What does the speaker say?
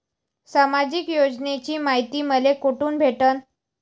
सामाजिक योजनेची मायती मले कोठून भेटनं?